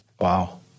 Wow